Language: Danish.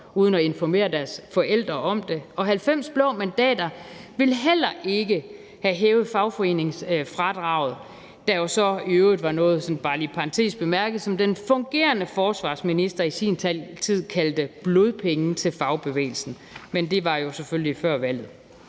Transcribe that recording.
uden at informere deres forældre om det. Og 90 blå mandater ville heller ikke have hævet fagforeningsfradraget, der jo så i øvrigt i parentes bemærket var noget, som den fungerende forsvarsminister i sin tid kaldte blodpenge til fagbevægelsen – men det var jo selvfølgelig før valget.